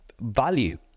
value